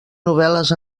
novel·les